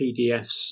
pdfs